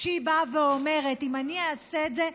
כשהיא באה ואומרת: אם אני אעשה את זה,